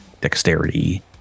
dexterity